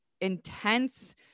intense